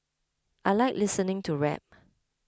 I like listening to rap